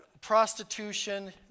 prostitution